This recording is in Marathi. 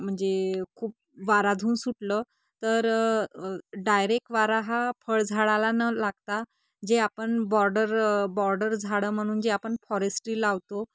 म्हणजे खूप वाराधून सुटलं तर डायरेक्ट वारा हा फळझाडाला न लागता जे आपण बॉर्डर बॉर्डर झाडं म्हणून जे आपण फॉरेसस्टी लावतो